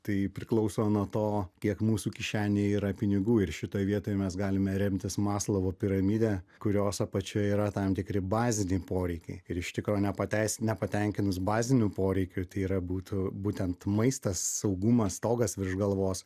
tai priklauso nuo to kiek mūsų kišenėje yra pinigų ir šitoje vietoje mes galime remtis maslovo piramidę kurios apačioje yra tam tikri baziniai poreikiai ir iš tikrųjų nepateisina nepatenkinus bazinių poreikių tai yra būtų būtent maistas saugumas stogas virš galvos